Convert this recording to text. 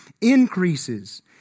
increases